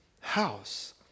house